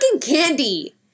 Candy